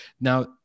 now